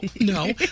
no